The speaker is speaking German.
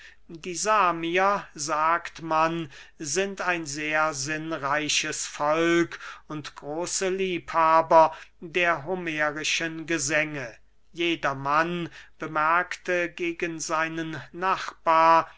die samier sagt man sind ein sehr sinnreiches volk und große liebhaber der homerischen gesänge jedermann bemerkte gegen seinen nachbar